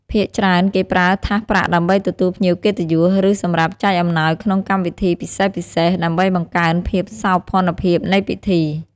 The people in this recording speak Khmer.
ភាគច្រើនគេប្រើថាសប្រាក់ដើម្បីទទួលភ្ញៀវកិត្តិយស ឬសម្រាប់ចែកអំណោយក្នុងកម្មវិធីពិសេសៗ ដើម្បីបង្កើនភាពសោភ័ណភាពនៃពិធី។